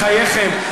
בחייכם.